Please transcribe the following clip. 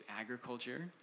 agriculture